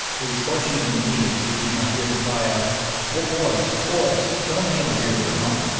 he was fortunate indeed if he did not hear the cry of oh! boys, boys! don't nail his ear to the pump.